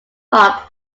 rock